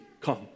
come